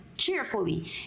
cheerfully